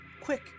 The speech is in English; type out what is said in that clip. Quick